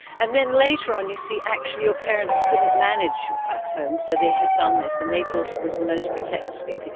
and then later on you see actually your parents couldn't manage at home so they had done this, and they thought it was the most protective thing for you,